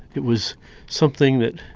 it was something that